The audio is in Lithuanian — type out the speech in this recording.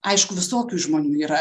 aišku visokių žmonių yra